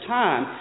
time